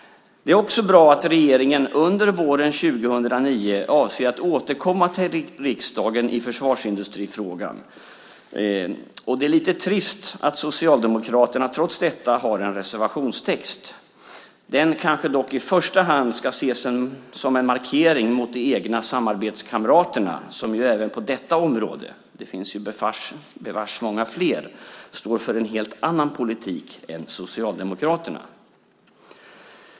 Det är bra att regeringen under våren 2009 avser att återkomma till riksdagen i försvarsindustrifrågan, och det är lite trist att Socialdemokraterna trots detta har en reservationstext. Den kanske dock i första hand ska ses som en markering mot de egna samarbetskamraterna, som ju även på detta område - det finns bevars många fler - står för en helt annan politik än Socialdemokraterna.